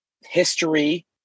history